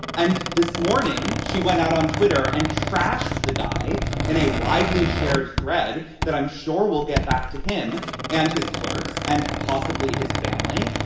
and this morning she went out on twitter and trashed the guy in a widely shared thread that i'm sure we'll get back to him and his clerks and possibly his family.